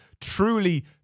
truly